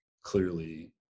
clearly